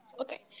okay